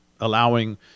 allowing